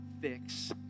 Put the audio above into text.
fix